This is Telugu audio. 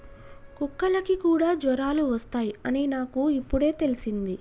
కుక్కలకి కూడా జ్వరాలు వస్తాయ్ అని నాకు ఇప్పుడే తెల్సింది